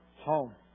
home